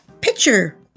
picture